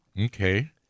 Okay